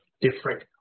different